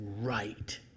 right